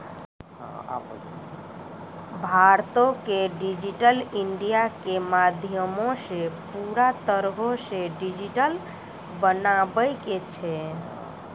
भारतो के digital India के माध्यमो से पूरा तरहो से डिजिटल बनाबै के छै